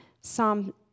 Psalm